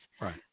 Right